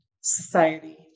society